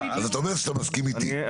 אז אתה אומר שאתה מסכים איתי.